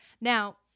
Now